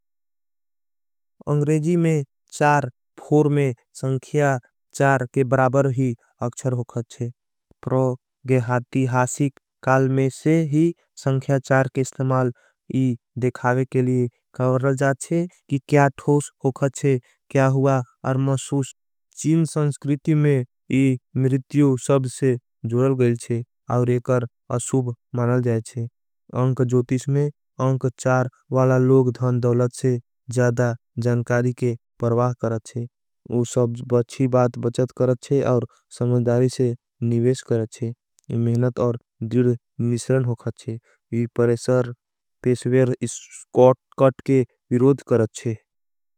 अंग्रेजी में चार फोर में संख्या चार के बराबर ही अक्षर होगत है। प्रोगेहाति हासिक काल में से ही संख्या चार के इस्थमाल यी। देखावे के लिए कावरल जाएच्छे कि क्या ठोस होगत है क्या। हुआ अर्मशूस चीन संस्कृति में यी मिरित्यों सब से जुरल गयेच्छे। और एकर अशूब मनल जायेच्छे अंक जोतिष में अंक चार वाला। लोग धन दोलत से ज़्यादा जानकारी के परवाह करेच्छे वो सब। बच्ची बात बचत करेच्छे और समझदारी से निवेश करेच्छे मेहनत। और दिर्ड निशरन होगाच्छे वी परेसर पेसवेर कट के विरोध करेच्छे।